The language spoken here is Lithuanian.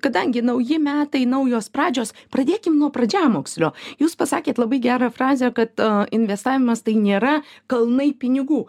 kadangi nauji metai naujos pradžios pradėkim nuo pradžiamokslio jūs pasakėt labai gerą frazę kad investavimas tai nėra kalnai pinigų